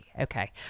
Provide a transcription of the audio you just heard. Okay